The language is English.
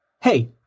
Hey